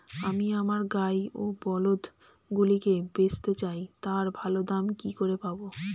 আমি আমার গাই ও বলদগুলিকে বেঁচতে চাই, তার ভালো দাম কি করে পাবো?